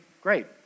great